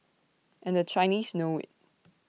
and the Chinese know IT